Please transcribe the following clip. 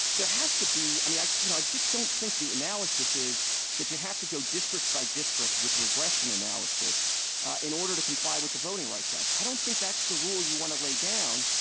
there has to be i mean, i you know, i just don't think the analysis is that you have to go district by district with regression analysis in order to comply with the voting rights act. i don't think that's the rule you want to lay down.